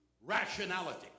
rationality